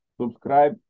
subscribe